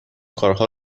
کارها